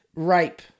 Rape